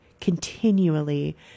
continually